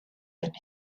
and